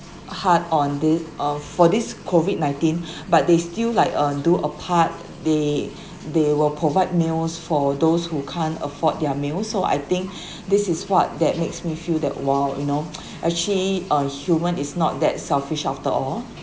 hard on this uh of for this COVID nineteen but they still like uh do a part they they will provide meals for those who can't afford their meals so I think this is what that makes me feel that !wow! you know actually uh human is not that selfish after all